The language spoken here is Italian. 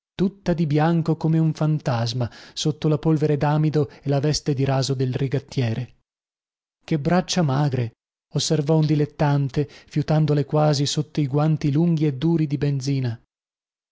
tutta di bianco come un fantasma sotto la polvere damido e la veste di raso del rigattiere che braccia magre osservò un dilettante malgrado i guanti lunghi e duri di benzina